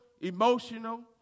emotional